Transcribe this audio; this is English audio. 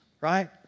right